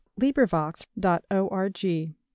Librivox.org